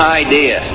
idea